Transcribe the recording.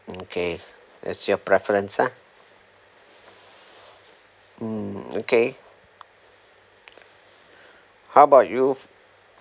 okay it's your preference ah mm okay how about you